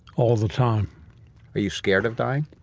all the time are you scared of dying?